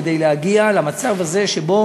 כדי להגיע למצב הזה שבו